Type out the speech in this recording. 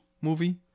movie